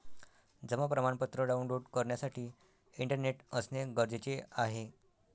जमा प्रमाणपत्र डाऊनलोड करण्यासाठी इंटरनेट असणे गरजेचे आहे